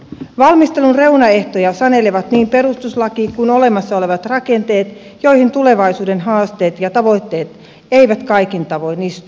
valmistelun reunaehtoja sanelevat niin perustuslaki kuin olemassa olevat rakenteet joihin tulevaisuuden haasteet ja tavoitteet eivät kaikin tavoin istu